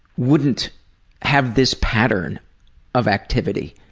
wouldn't have this pattern of activity.